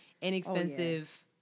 inexpensive